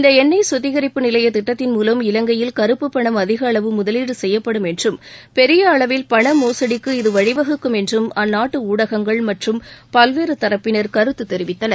இந்த எண்ணெய் கத்திகரிப்பு நிலைய திட்டத்தின் மூலம் இலங்கையில் கருப்பு பணம் அதிக அளவு முதலீடு செய்யப்படும் என்றும் பெரிய அளவில் பண மோசடிக்கு இது வழிவகுக்கும் என்றும் அந்நாட்டு ஊடகங்கள மற்றும் பல்வேறு தரப்பினர் கருத்து தெரிவித்தனர்